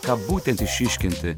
ką būtent išryškinti